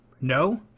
No